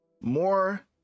more